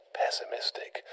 pessimistic